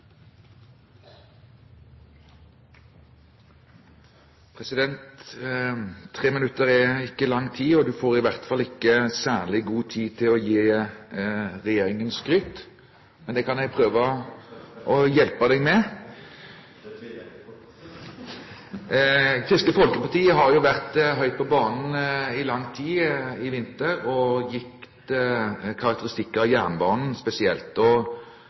Tre minutter er ikke lang tid, og du får i hvert fall ikke særlig god tid til å gi regjeringen skryt. Men det kan jeg prøve å hjelpe deg med. Det tviler jeg ikke på. Kristelig Folkeparti har jo vært høyt på banen i lang tid i vinter og gitt karakteristikker av jernbanen spesielt.